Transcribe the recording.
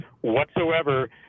whatsoever